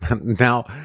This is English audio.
Now